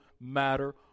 matter